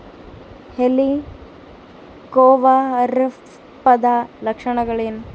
ಹೆಲಿಕೋವರ್ಪದ ಲಕ್ಷಣಗಳೇನು?